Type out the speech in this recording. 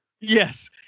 Yes